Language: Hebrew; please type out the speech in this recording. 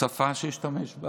בשפה שאשתמש בה